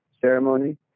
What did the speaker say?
ceremony